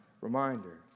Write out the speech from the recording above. reminder